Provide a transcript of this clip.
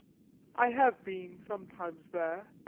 i have been sometimes there.